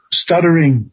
stuttering